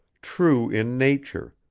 true in nature,